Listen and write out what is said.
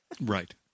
Right